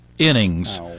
Innings